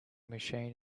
machine